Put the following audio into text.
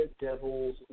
devil's